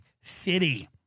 City